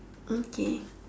okay